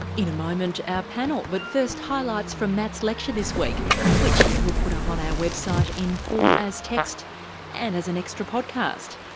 in a moment our panel but first highlights from matt's lecture this week which we'll put up on our website in full as text and as an extra podcast.